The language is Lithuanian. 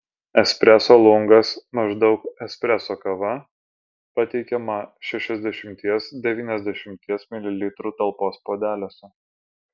espreso lungas maždaug espreso kava pateikiama šešiasdešimties devyniasdešimties mililitrų talpos puodeliuose